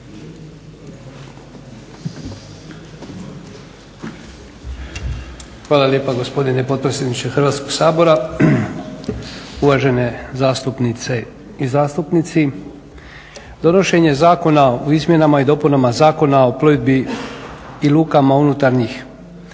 Hvala lijepa gospodine potpredsjedniče Hrvatskog sabora, uvažene zastupnice i zastupnici. Donošenje zakona o izmjenama i dopunama Zakona o plovidbi i lukama unutarnjih